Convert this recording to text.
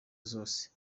zose